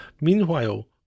Meanwhile